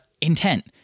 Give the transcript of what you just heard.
Intent